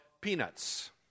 peanuts